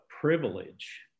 privilege